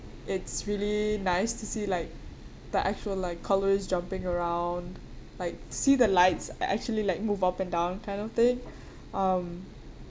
it's really nice to see like the actual like colours jumping around like see the lights a~ actually like move up and down kind of thing um